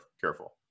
careful